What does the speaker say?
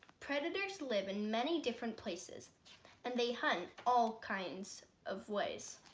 predators live in many different places and they hunt all kinds of ways